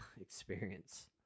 experience